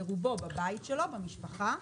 ורובו בבית שלו במשפחה,